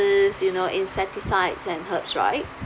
fertilizers you know insecticides and herbs right